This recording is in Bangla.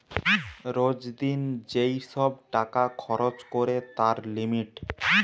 রোজ দিন যেই সব টাকা খরচ করে তার লিমিট